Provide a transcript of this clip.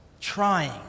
trying